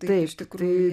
tai iš tikrųjų